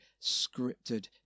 scripted